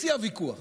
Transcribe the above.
בשיא הוויכוח